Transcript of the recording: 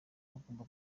bagomba